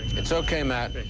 it's okay matt.